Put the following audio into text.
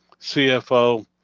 CFO